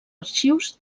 arxius